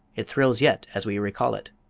it thrills yet as we recall it.